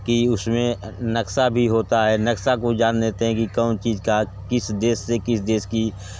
कि उसमें नक़्शा भी होता है नक़्शे को जान लेते हैं कि कौन कहाँ किस देश से किस देश की